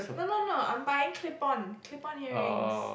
no no no I'm buying clip on clip on earrings